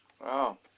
Wow